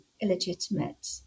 illegitimate